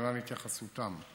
ולהלן התייחסותם: